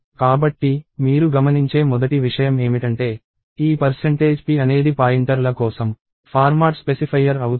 కాబట్టి మీరు గమనించే మొదటి విషయం ఏమిటంటే ఈ p అనేది పాయింటర్ల కోసం ఫార్మాట్ స్పెసిఫైయర్ అవుతుంది